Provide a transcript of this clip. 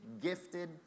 gifted